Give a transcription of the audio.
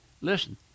listen